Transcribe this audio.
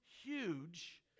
huge